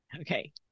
Okay